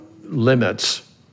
limits